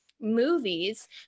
movies